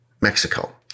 Mexico